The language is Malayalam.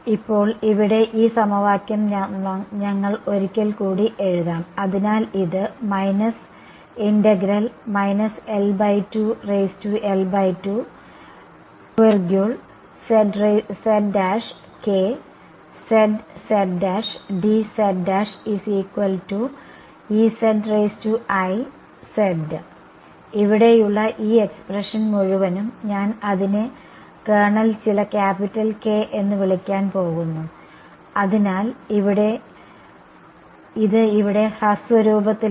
ഇപ്പോൾ ഇവിടെ ഈ സമവാക്യം ഞങ്ങൾ ഒരിക്കൽ കൂടി എഴുതാം അതിനാൽ ഇത് ഇവിടെയുള്ള ഈ എക്സ്പ്രെഷൻ മുഴുവനും ഞാൻ അതിനെ കേർണൽ ചില ക്യാപിറ്റൽ K എന്ന് വിളിക്കാൻ പോകുന്നു അതിനാൽ ഇത് ഇവിടെ ഹ്രസ്വ രൂപത്തിലാണ്